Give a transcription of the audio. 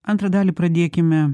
antrą dalį pradėkime